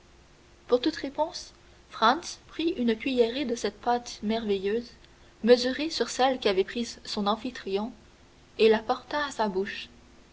pour toute réponse franz prit une cuillerée de cette pâte merveilleuse mesurée sur celle qu'avait prise son amphitryon et la porta à sa bouche